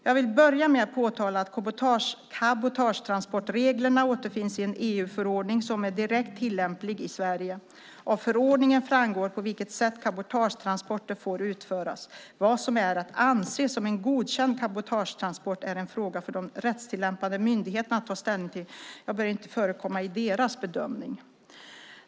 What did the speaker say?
Jag vill börja med att påtala att cabotagetransportreglerna återfinns i en EU-förordning som är direkt tillämplig i Sverige. Av förordningen framgår på vilket sätt cabotagetransporter får utföras. Vad som är att anse som en godkänd cabotagetransport är en fråga för de rättstillämpande myndigheterna att ta ställning till. Jag bör inte föregripa deras bedömning.